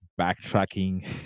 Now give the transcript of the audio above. backtracking